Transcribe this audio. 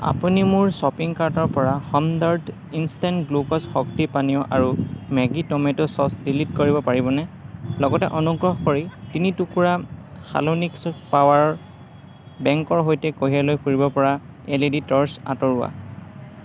আপুনি মোৰ শ্বপিং কাৰ্টৰ পৰা হমদৰ্দ ইনষ্টেণ্ট গ্লুক'জ শক্তি পানীয় আৰু মেগী টমেটো চচ ডিলিট কৰিব পাৰিবনে লগতে অনুগ্ৰহ কৰি তিনি টুকুৰা হালোনিক্স পাৱাৰ বেংকৰ সৈতে কঢ়িয়াই লৈ ফুৰিব পৰা এল ই ডি টৰ্চ আঁতৰোৱা